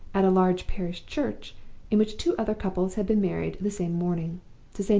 at a large parish church in which two other couples had been married the same morning,